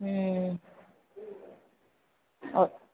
हूँ औ